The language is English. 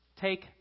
Take